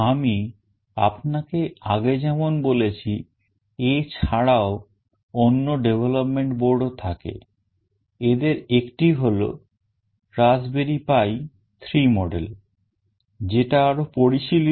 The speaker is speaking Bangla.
আমি আপনাকে আগে যেমন বলেছি এছাড়াও অন্য development boardও থাকে এদের একটি হল Raspberry Pi 3 model যেটা আরো পরিশীলিত